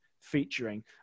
featuring